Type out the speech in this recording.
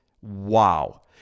Wow